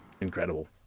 incredible